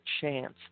chance